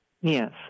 Yes